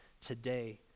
today